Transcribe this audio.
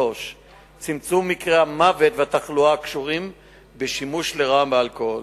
3. צמצום מקרי המוות והתחלואה הקשורים לשימוש לרעה באלכוהול.